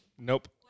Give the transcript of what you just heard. Nope